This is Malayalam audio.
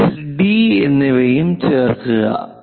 6 ഡി 6 D എന്നിവ ചേർക്കുക